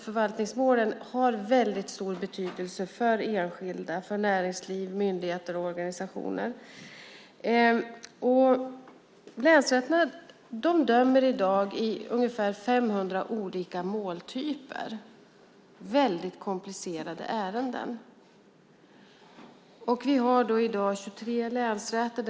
Förvaltningsmålen har väldigt stor betydelse för enskilda, näringsliv, myndigheter och organisationer. Länsrätterna dömer i dag i ungefär 500 olika måltyper, väldigt komplicerade ärenden. Vi har i dag 23 länsrätter.